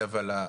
אבל,